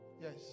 yes